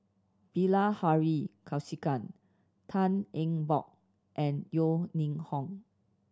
Bilahari Kausikan Tan Eng Bock and Yeo Ning Hong